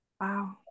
Wow